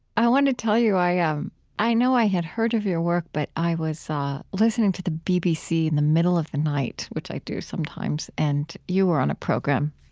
i want to tell you i ah um i know i had heard of your work, but i was listening to the bbc in the middle of the night, which i do sometimes, and you were on a program.